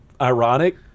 ironic